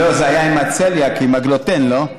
לא, זה היה עם הצליאק, עם הגלוטן, לא?